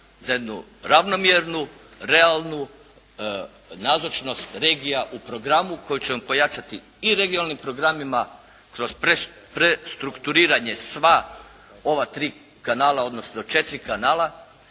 za jednu ravnomjernu, realnu nazočnost regija u programu kojim ćemo pojačati i regionalnim programima kroz prestrukturiranje sva ova tri kanala, odnosno četiri kanala,